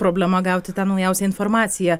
problema gauti tą naujausią informaciją